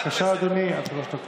בבקשה, אדוני, עד שלוש דקות.